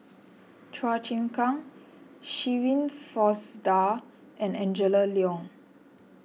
Chua Chim Kang Shirin Fozdar and Angela Liong